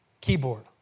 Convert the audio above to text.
keyboard